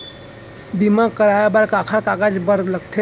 बीमा कराय बर काखर कागज बर लगथे?